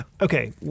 Okay